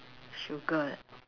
sugar